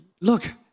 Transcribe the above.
look